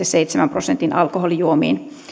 seitsemän prosentin alkoholijuomiin